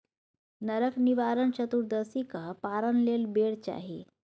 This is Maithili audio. नरक निवारण चतुदर्शीक पारण लेल बेर चाही